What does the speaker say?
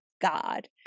God